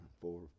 four